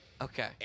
okay